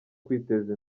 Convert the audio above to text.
kwiteza